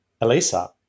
Elisa